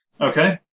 Okay